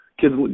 Kids